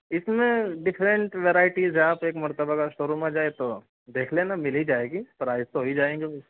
اِس میں different varieties ہے آپ ایک مرتبہ اگر شو روم آ جائیں تو دیکھ لینا مل ہی جائے گی پرائز تو ہو ہی جائیں گے